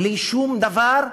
בלי שום דבר,